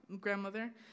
grandmother